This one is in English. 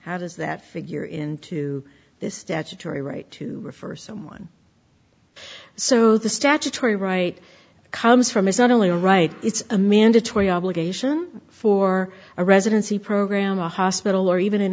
how does that figure into this statutory right to refer someone so the statutory right comes from is not only a right it's a mandatory obligation for a residency program a hospital or even an